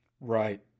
Right